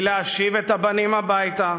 היא להשיב את הבנים הביתה,